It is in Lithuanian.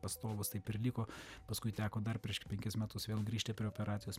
pastovus taip ir liko paskui teko dar prieš penkis metus vėl grįžti prie operacijos